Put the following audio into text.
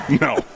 No